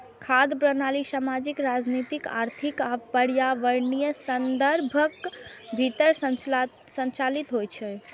खाद्य प्रणाली सामाजिक, राजनीतिक, आर्थिक आ पर्यावरणीय संदर्भक भीतर संचालित होइ छै